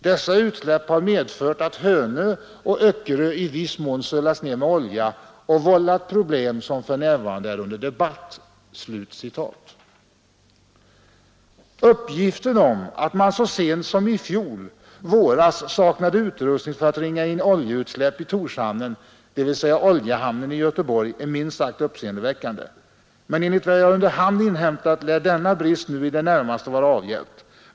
Dessa utsläpp har medfört att Hönö och Öckerö i viss mån sölats ned med olja och vållat problem som för närvarande är under debatt.” Uppgiften om att man så sent som förra våren saknade utrustning för att ringa in oljeutsläpp i Torshamnen, dvs. oljehamnen i Göteborg, är ju minst sagt uppseendeväckande. Men enligt vad jag under hand inhämtat, lär denna brist nu i det närmaste vara avhjälpt.